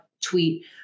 tweet